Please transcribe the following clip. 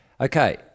Okay